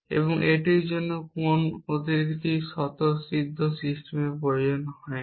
এবং এটির জন্য কোন অতিরিক্ত স্বতঃসিদ্ধ সিস্টেমের প্রয়োজন হয় না